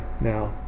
now